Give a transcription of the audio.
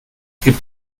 gibt